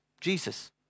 Jesus